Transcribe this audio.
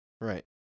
Right